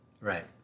Right